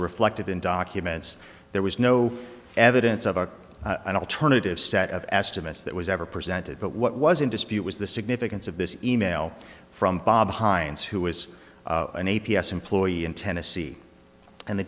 reflected in documents there was no evidence of a an alternative set of estimates that was ever presented but what was in dispute was the significance of this email from bob hinds who was an a p s employee in tennessee and the